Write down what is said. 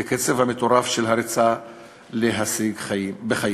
בו, בקצב המטורף של הריצה להשיג בחיים.